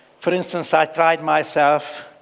for instance, i tried myself,